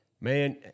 Man